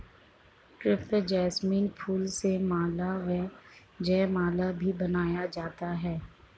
crepe jasmine फूल से माला व जयमाला भी बनाया जाता है